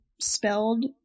spelled